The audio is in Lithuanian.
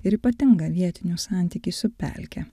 ir ypatingą vietinių santykį su pelke